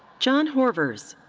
john horvers.